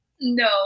No